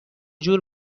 جور